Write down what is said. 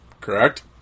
correct